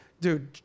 dude